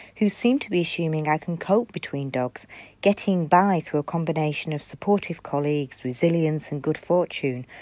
who seem to be assuming i can cope between dogs getting by through a combination of supportive colleagues, resilience and good fortune.